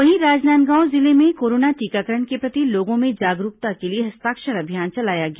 वहीं राजनांदगांव जिले में कोरोना टीकाकरण के प्रति लोगों में जागरूकता के लिए हस्ताक्षर अभियान चलाया गया